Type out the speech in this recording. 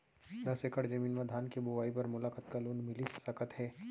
दस एकड़ जमीन मा धान के बुआई बर मोला कतका लोन मिलिस सकत हे?